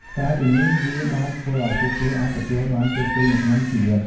ក្រៅពីនេះ វាបានធ្វើឲ្យពួកគេអាចទទួលបានជោគជ័យនៅក្នុងជីវិត។